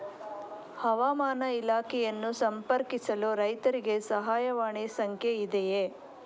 ಹವಾಮಾನ ಇಲಾಖೆಯನ್ನು ಸಂಪರ್ಕಿಸಲು ರೈತರಿಗೆ ಸಹಾಯವಾಣಿ ಸಂಖ್ಯೆ ಇದೆಯೇ?